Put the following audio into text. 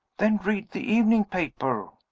then read the evening paper.